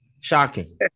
Shocking